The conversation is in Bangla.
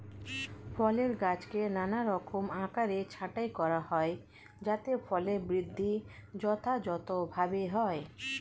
ফলের গাছকে নানারকম আকারে ছাঁটাই করা হয় যাতে ফলের বৃদ্ধি যথাযথভাবে হয়